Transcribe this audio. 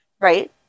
Right